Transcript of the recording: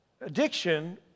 addiction